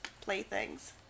playthings